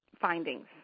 findings